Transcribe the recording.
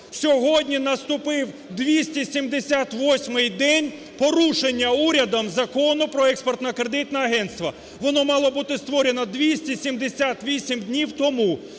Сьогодні наступив 278 день порушення урядом Закону "Про Експортне-кредитне агентство". Воно мало бути створено 278 днів тому.